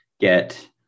get